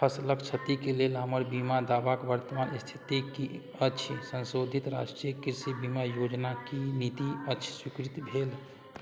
फसिलके क्षतिके लेल हमर बीमा दावाके वर्तमान इस्थिति कि अछि सन्शोधित राष्ट्रीय कृषि बीमा योजना कि नीति अछि स्वीकृत भेल